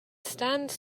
stands